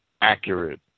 accurate